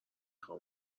خوان